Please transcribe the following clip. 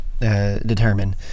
determine